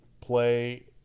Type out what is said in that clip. play